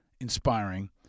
inspiring